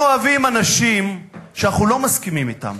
אנחנו אוהבים אנשים שאנחנו לא מסכימים אתם.